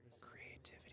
Creativity